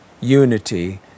unity